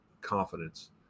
confidence